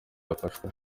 yafashwe